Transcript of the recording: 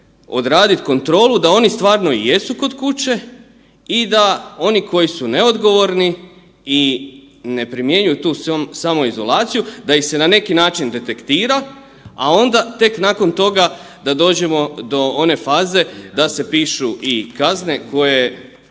odradit kontrolu da oni stvarno jesu kod kuće i da oni koji su neodgovorni i ne primjenjuju tu samoizolaciju da ih se na neki način detektira, a onda tek nakon toga da dođemo do one faze da se pišu i kazne koje